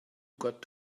got